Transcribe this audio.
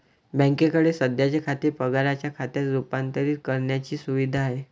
बँकेकडे सध्याचे खाते पगाराच्या खात्यात रूपांतरित करण्याची सुविधा आहे